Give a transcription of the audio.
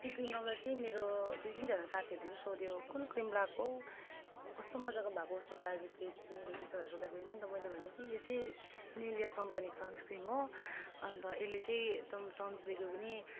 यो क्रिम लगाउँदा चाहिँ मेरो दुई तिनजना साथीहरूले चाहिँ सोध्यो छ कुन क्रिम लगाएको हौ कस्तो मजाको भएको उसको त अहिले फेस पनि यस्तोहरू सोद्धाखेरि चाहिँ नि त मैले भनेँ कि यो चाहिँ न्यु लियर कम्पनीको सन्सक्रिम हो अन्त यसले चाहिँ एकदम सन्सदेखिको पनि